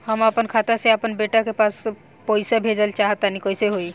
हम आपन खाता से आपन बेटा के पास पईसा भेजल चाह तानि कइसे होई?